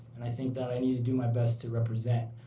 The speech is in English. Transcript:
and i think that i need to do my best to represent.